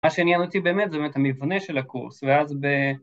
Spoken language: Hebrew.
מה שעניין אותי באמת זה באמת המבנה של הקורס, ואז ב...